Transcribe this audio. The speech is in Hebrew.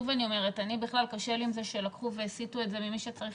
בכלל קשה לי עם זה שלקחו והסיתו את זה ממי שצריך